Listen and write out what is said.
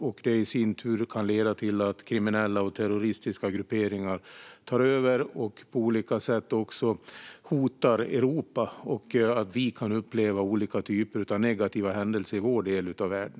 Detta kan i sin tur leda till att kriminella och terroristiska grupperingar tar över och på olika sätt hotar även Europa så att vi får uppleva olika typer av negativa händelser i vår del av världen.